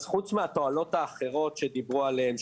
אז חוץ מהתועלות האחרות שדיברו עליהן,